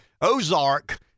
ozark